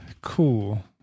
cool